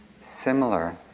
similar